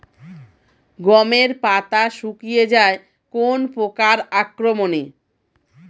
গমের পাতা শুকিয়ে যায় কোন পোকার আক্রমনে?